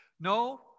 No